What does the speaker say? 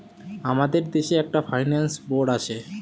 আমাদের দেশে একটা ফাইন্যান্স বোর্ড আছে